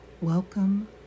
welcome